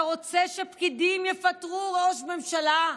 אתה רוצה שפקידים יפטרו ראש ממשלה?"